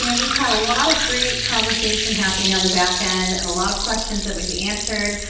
you know we've had a lot of great conversation happening on the back end and a lot of questions that we've answered.